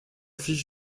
fiche